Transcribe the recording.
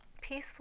peaceful